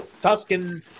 Tuscan